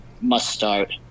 must-start